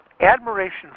admiration